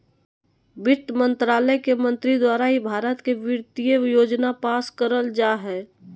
वित्त मन्त्रालय के मंत्री द्वारा ही भारत के वित्तीय योजना पास करल जा हय